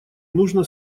нужно